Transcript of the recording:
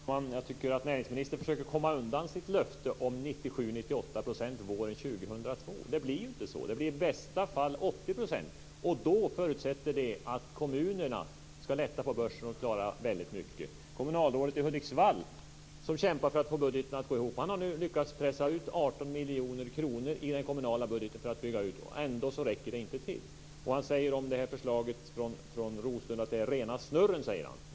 Fru talman! Jag tycker att näringsministern försöker komma undan sitt löfte om 97-98 % våren 2002. Det blir ju inte så, utan i bästa fall 80 %. Då förutsätter det att kommunerna ska lätta på börsen och klara väldigt mycket. Kommunalrådet i Hudiksvall, som kämpar för att få budgeten att gå ihop, har nu lyckats pressa ut 18 miljoner kronor i den kommunala budgeten för att bygga ut, och ändå räcker det inte till. Han säger om förslaget från Roslund att det är rena snurren.